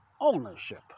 ownership